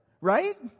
Right